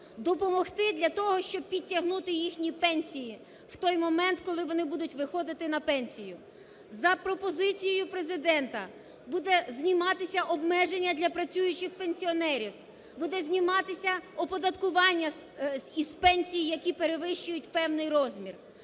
допомогти для того, щоб підтягнути їхні пенсії в той момент, коли вони будуть виходити на пенсію. За пропозицією Президента, буде зніматися обмеження для працюючих пенсіонерів, буде зніматися оподаткування з пенсій, які перевищують певний розмір.